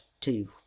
two